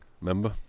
remember